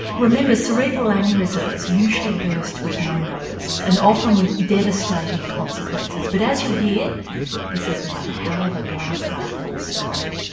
remember cerebral aneurysms usually burst with no notice and often with devastating consequences, but as you'll hear this is one hell of a glass half-full story.